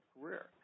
career